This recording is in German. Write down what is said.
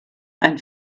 ein